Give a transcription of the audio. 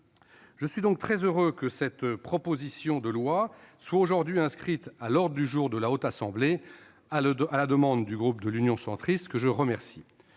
Je suis donc très heureux que cette proposition de loi soit aujourd'hui inscrite à l'ordre du jour de la Haute Assemblée à la demande du groupe Union Centriste, que je remercie.